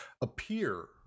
appear